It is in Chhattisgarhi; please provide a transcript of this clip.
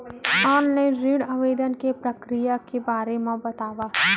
ऑनलाइन ऋण आवेदन के प्रक्रिया के बारे म बतावव?